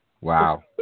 Wow